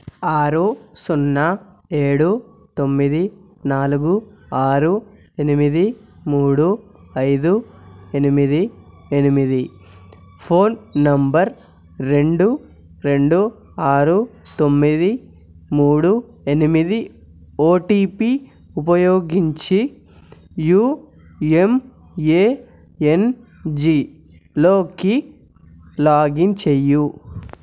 ఆరు సున్న ఏడు తొమ్మిది నాలుగు ఆరు ఎనిమిది మూడు ఐదు ఎనిమిది ఎనిమిది ఫోన్ నెంబర్ రెండు రెండు ఆరు తొమ్మిది మూడు ఎనిమిది ఓటీపీ ఉపయోగించి యుఎంఏఎన్జి లోకి లాగిన్ చెయ్యు